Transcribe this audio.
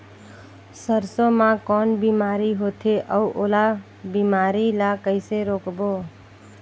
सरसो मा कौन बीमारी होथे अउ ओला बीमारी ला कइसे रोकबो?